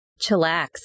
chillax